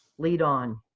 lead on.